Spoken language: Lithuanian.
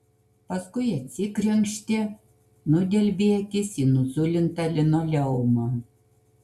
paskui atsikrenkštė nudelbė akis į nuzulintą linoleumą